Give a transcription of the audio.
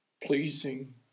pleasing